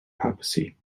papacy